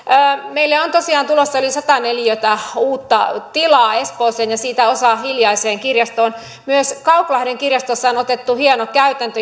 meille on tosiaan tulossa yli sata neliötä uutta tilaa espooseen ja siitä osa hiljaiseen kirjastoon myös kauklahden kirjastossa on otettu käyttöön hieno käytäntö